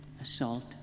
assault